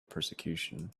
persecution